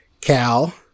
Cal